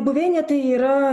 buveinė tai yra